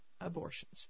abortions